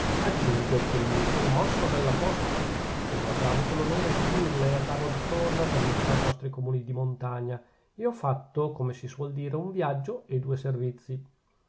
aggiungo che non mi sono mosso a bella posta come ho già avuto l'onore di dirle andavo attorno per visitare i nostri comuni di montagna e ho fatto come si suol dir un viaggio e due servizi